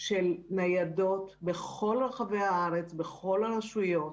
של ניידות בכל רחבי הארץ, בכל הרשויות,